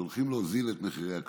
שהולכים להוזיל את הכשרות.